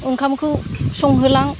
ओंखामखौ संहोलां